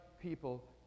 people